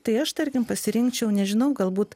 tai aš tarkim pasirinkčiau nežinau galbūt